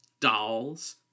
dolls